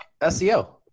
SEO